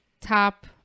top